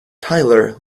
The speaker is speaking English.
tyler